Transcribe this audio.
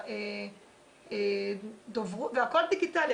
והכול דיגיטלי.